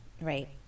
Right